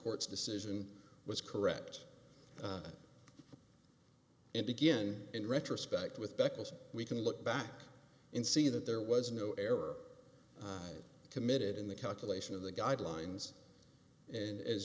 court's decision was correct and again in retrospect with beccles we can look back and see that there was no error committed in the calculation of the guidelines and